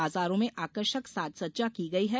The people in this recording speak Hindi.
बाजारों में आकर्षक साजसज्जा की गई है